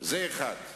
זה אחד.